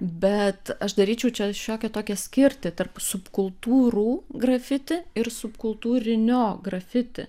bet aš daryčiau čia šiokią tokią skirtį tarp subkultūrų grafiti ir subkultūrinio grafiti